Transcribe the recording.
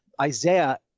Isaiah